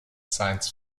science